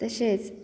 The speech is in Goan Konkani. तशेंच